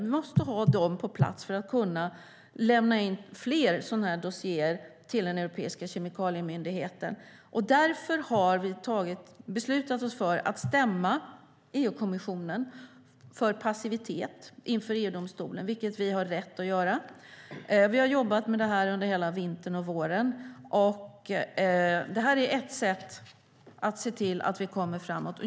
Vi måste ha dem på plats för att kunna lämna in fler dossierer till den europeiska kemikaliemyndigheten. Därför har vi beslutat oss för att i EU-domstolen stämma EU-kommissionen för passivitet. Det har vi rätt att göra. Vi har jobbat med det här under hela vintern och våren, och det här är ett sätt att se till att vi kommer framåt.